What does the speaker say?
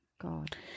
God